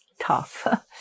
tough